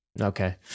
Okay